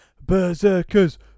berserkers